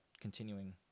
continuing